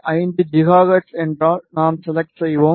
5 gigahertz என்றால் நாம் select செய்வோம்